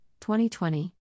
2020